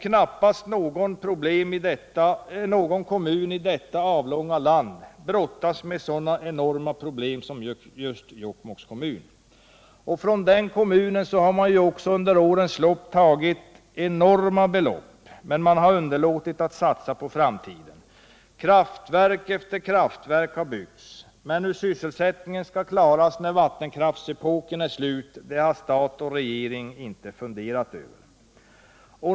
Knappast någon kommun i detta avlånga land brottas med sådana enorma problem som just Jokkmokk. Från den kommunen har man under årens lopp tagit enorma belopp, men man har underlåtit att satsa på framtiden. Kraftverk efter kraftverk har byggts, men hur sysselsättningen skall klaras när vattenkraftsepoken är slut har stat och regering inte funderat över.